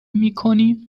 میکنی